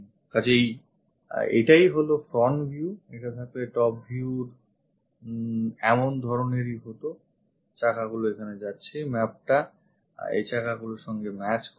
কাজেই এটাই হলো front view এটা থাকলে top view এমন ধরনেরই হতো চাকাগুলি এখানে যাচ্ছে mapটা এই চাকাগুলির সঙ্গে match করছে